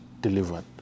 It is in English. delivered